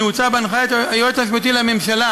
נעוץ בהנחיית היועץ המשפטי לממשלה,